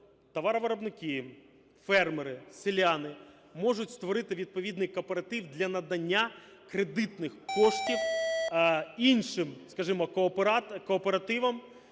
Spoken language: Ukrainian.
товаровиробники, фермери, селяни можуть створити відповідний кооператив для надання кредитних коштів іншим, скажімо, кооперативам,